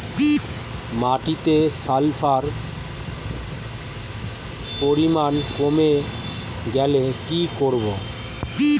মাটিতে সালফার পরিমাণ কমে গেলে কি করব?